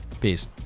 Peace